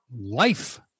Life